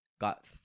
got